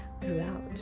throughout